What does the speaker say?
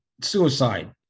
suicide